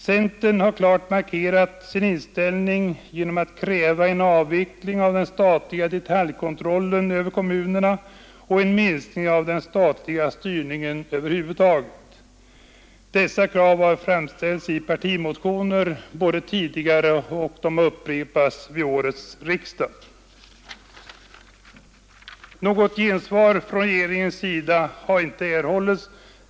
Centern har klart markerat sin inställning genom att kräva en avveckling av den statliga detaljkontrollen över kommunerna och en minskning av den statliga styrningen över huvud taget. Dessa krav har framställts i partimotioner både vid årets riksdag och tidigare. Något gensvar från regeringens sida har inte erhållits.